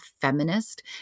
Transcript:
feminist